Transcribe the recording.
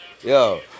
Yo